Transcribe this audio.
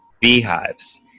beehives